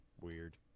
Weird